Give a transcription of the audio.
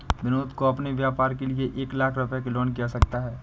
विनोद को अपने व्यापार के लिए एक लाख रूपए के लोन की आवश्यकता है